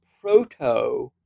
proto